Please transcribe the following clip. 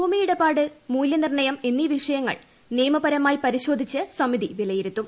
ഭൂമിയിടപാട് മൂല്യ നിർണ്ണയം എന്നീ വിഷ്യങ്ങൾ നിയമപരമായി പരിശോധിച്ച് സമിതി വിലയിരുത്തും